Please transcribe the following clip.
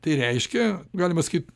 tai reiškia galima sakyti